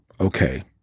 Okay